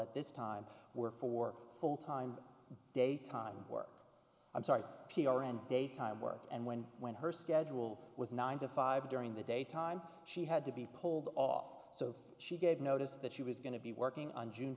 at this time were for full time day time work i'm sorry p r n day time work and when when her schedule was nine to five during the day time she had to be pulled off so she gave notice that she was going to be working on june